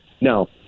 No